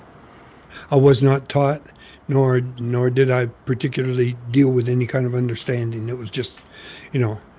i was not taught nor nor did i particularly deal with any kind of understanding. it was just you know,